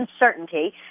uncertainty